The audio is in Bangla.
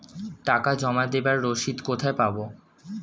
টাকা জমা দেবার রসিদ কোথায় পাব?